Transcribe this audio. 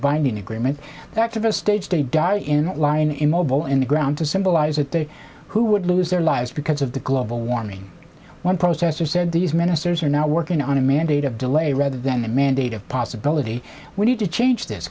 binding agreement that of a staged a guy in line immobile in the ground to symbolize that they who would lose their lives because of the global warming one processor said these ministers are now working on a mandate of delay rather than the mandate of possibility we need to change this